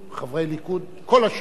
היו חברי ליכוד כל השנים